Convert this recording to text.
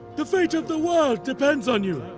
the fate of the world depends on you!